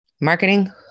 Marketing